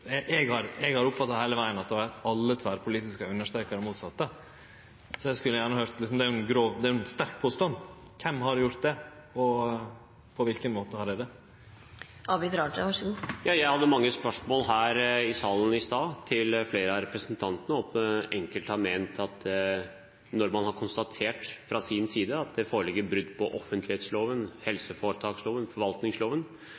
Eg har oppfatta heile vegen at alle – tverrpolitisk – har understreka det motsette, så eg skulle gjerne høyrt, for det er jo ein sterk påstand, kven som har gjort det, og på kva måte dei har gjort det. Jeg hadde mange spørsmål her i salen i stad, til flere av representantene, om det: Når enkelte har ment at når man har konstatert at det foreligger brudd på